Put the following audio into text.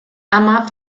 ama